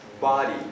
body